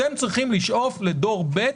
אתם צריכים לשאוף לדור ב',